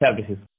services